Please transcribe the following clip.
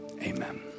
Amen